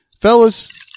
Fellas